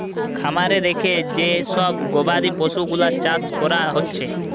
খামারে রেখে যে সব গবাদি পশুগুলার চাষ কোরা হচ্ছে